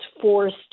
forced